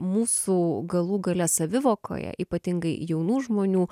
mūsų galų gale savivokoje ypatingai jaunų žmonių